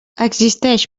existeix